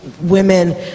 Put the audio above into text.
women